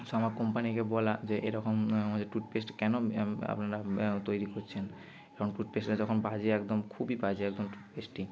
আমার কোম্পানিকে বলা যে এরকম আমাদের টুথপেস্ট কেন আপনারা তৈরি করছেন কারণ টুথপেস্টটা যখন বাজে একদম খুবই বাজে একদম টুথপেস্টটি